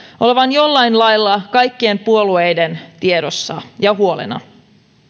olevan jollain lailla kaikkien puolueiden tiedossa ja huolena